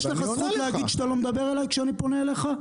יש לך זכות להגיד שאתה לא מדבר אלי כשאני פונה אליך?